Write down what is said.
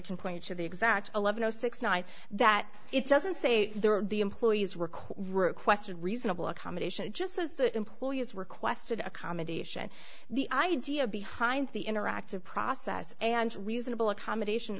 point to the exact eleven zero six nine that it doesn't say there are the employees requests requested reasonable accommodation just as the employee has requested accommodation the idea behind the interactive process and reasonable accommodation